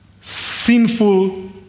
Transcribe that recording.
Sinful